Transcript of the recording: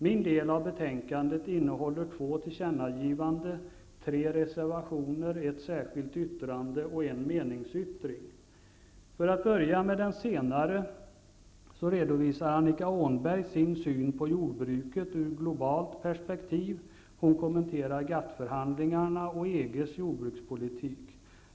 Den del av betänkandet jag tänker beröra innehåller två tillkännagivanden, tre reservationer, ett särskilt yttrande och en meningsyttring. Jag skall börja med den senare. Där redovisar Annika Åhnberg sin syn på jordbruket ur globalt perspektiv, hon kommenterar GATT förhandlingarna och EG:s jordbrukspolitik.